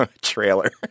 trailer